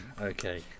Okay